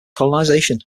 colonization